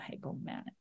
hypomanic